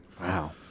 Wow